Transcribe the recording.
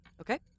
Okay